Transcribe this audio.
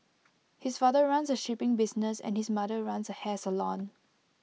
his father runs A shipping business and his mother runs A hair salon